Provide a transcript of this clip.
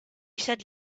said